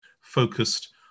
focused